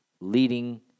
leading